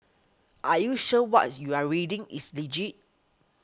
are you sure what you're reading is legit